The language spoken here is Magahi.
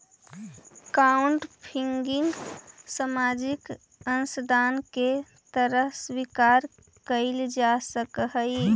क्राउडफंडिंग सामाजिक अंशदान के तरह स्वीकार कईल जा सकऽहई